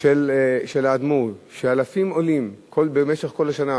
של האדמו"רים, כשאלפים עולים במשך כל השנה,